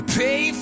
pay